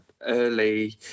early